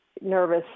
nervous